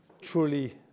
truly